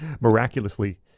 Miraculously